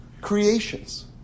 creations